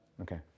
Okay